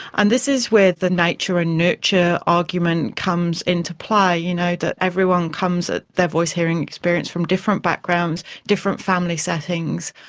and this is where the nature and nurture argument comes into play, you know, that everyone comes at their voice-hearing experience from different backgrounds, different family settings,